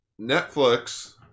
Netflix